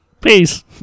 Peace